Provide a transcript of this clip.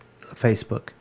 Facebook